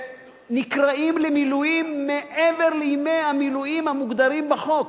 שנקראים למילואים מעבר לימי המילואים המוגדרים בחוק,